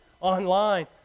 online